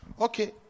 Okay